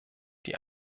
die